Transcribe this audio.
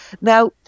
Now